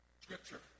Scripture